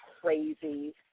crazy